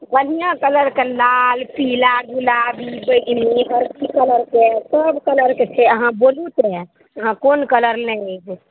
बढ़िआँ कलरके लाल पीला गुलाबी बैगनी हरदी कलरके सब कलरके छै अहाँ बोलू तऽ अहाँ कोन कलर लेब